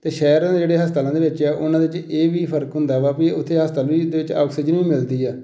ਅਤੇ ਸ਼ਹਿਰਾਂ ਦੇ ਜਿਹੜੇ ਹਸਪਤਾਲਾਂ ਦੇ ਵਿੱਚ ਆ ਉਹਨਾਂ ਦੇ ਵਿੱਚ ਇਹ ਵੀ ਫ਼ਰਕ ਹੁੰਦਾ ਵਾ ਵੀ ਉੱਥੇ ਹਸਪਤਾਲ ਵੀ ਉਹਦੇ ਵਿੱਚ ਔਕਸੀਜਨ ਵੀ ਮਿਲਦੀ ਆ